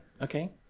Okay